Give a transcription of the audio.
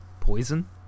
poison